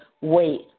Wait